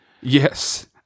Yes